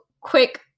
quick